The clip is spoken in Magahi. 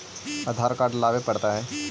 आधार कार्ड लाबे पड़तै?